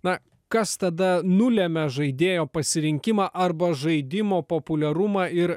na kas tada nulemia žaidėjo pasirinkimą arba žaidimo populiarumą ir